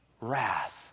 wrath